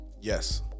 yes